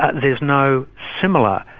ah there is no similar